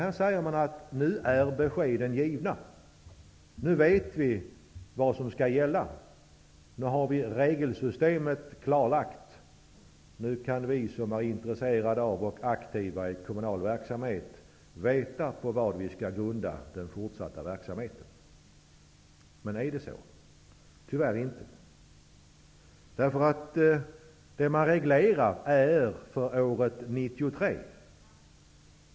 Man säger att beskeden är givna. Nu vet vi vad som skall gälla, nu har vi regelsystemet klarlagt och nu kan vi som är intresserade av och aktiva i kommunal verksamhet veta på vad vi skall grunda den fortsatta verksamheten. Är det verkligen så? Nej, tyvärr inte. Man reglerar för år 1993.